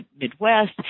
midwest